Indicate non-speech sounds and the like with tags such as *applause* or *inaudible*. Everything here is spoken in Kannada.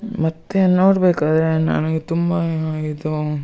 ಮತ್ತು ನೋಡ್ಬೇಕಾದರೆ ನನಗೆ ತುಂಬ *unintelligible* ಇದು